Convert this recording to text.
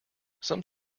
some